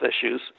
issues